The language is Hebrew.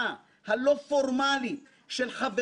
מעתה האכיפה תהיה פורמלית,